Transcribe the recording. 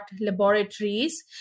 laboratories